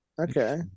Okay